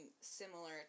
similar